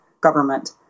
government